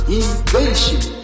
invasion